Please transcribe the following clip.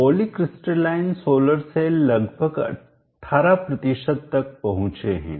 polycrystalline solar cell लगभग 18 तक पहुंचे हैं